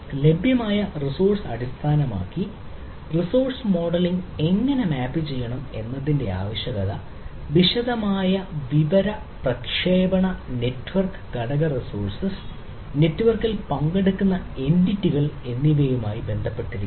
ലഭ്യമായ റിസോഴ്സ് അടിസ്ഥാനമാക്കി resource modelling എങ്ങനെ മാപ്പ് ചെയ്യണം എന്നതിന്റെ ആവശ്യകത വിശദമായ വിവര പ്രക്ഷേപണ നെറ്റ്വർക്ക് ഘടക റിസോഴ്സ് നെറ്റ്വർക്കിൽ പങ്കെടുക്കുന്ന എന്റിറ്റികൾ എന്നിവയുമായി ബന്ധപ്പെട്ടിരിക്കുന്നു